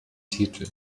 titel